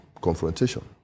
confrontation